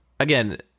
Again